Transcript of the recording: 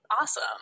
Awesome